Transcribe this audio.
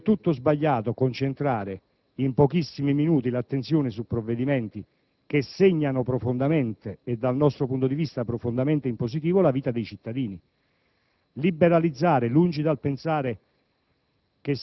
È del tutto sbagliato concentrare in pochissimi minuti l'attenzione su provvedimenti che segnano profondamente - e dal nostro punto di vista profondamente in positivo - la vita dei cittadini. Liberalizzare, lungi dal pensare